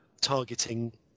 targeting